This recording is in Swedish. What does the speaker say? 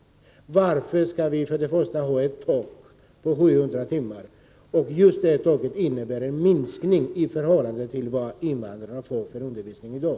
Varför skall vi ha ett tak på 700 timmar, som innebär en minskning i förhållande till den undervisning invandrarna får i dag?